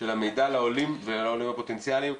של מידע לעולים ולעולים הפוטנציאליים,